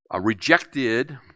rejected